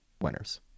winners